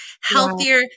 healthier